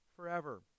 Forever